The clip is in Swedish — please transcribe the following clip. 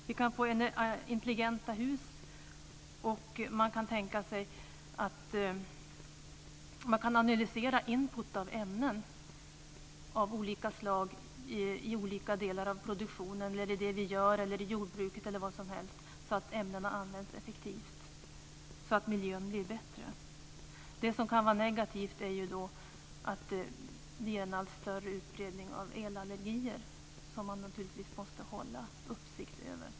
Vi kan få intelligenta hus. Man kan tänka sig att kanalisera input av ämnen av olika slag i olika delar av produktionen, i jordbruket osv. - ämnena används effektivt så att miljön blir bättre. Det som kan vara negativt är en större utbredning av elallergier. Det måste vi hålla uppsikt över.